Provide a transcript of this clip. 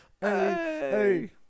Hey